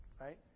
right